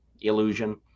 illusion